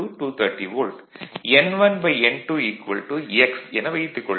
n1n2 x என வைத்துக் கொள்வோம்